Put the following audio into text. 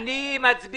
אני חוזר